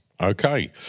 Okay